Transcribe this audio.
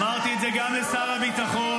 אמרתי את זה גם לשר הביטחון.